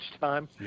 time